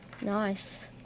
Nice